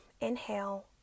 Inhale